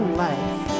life